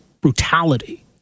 brutality